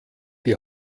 die